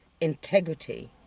integrity